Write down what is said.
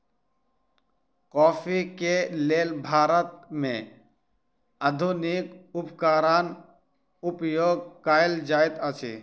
coffee के लेल भारत में आधुनिक उपकरण उपयोग कएल जाइत अछि